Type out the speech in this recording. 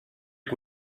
què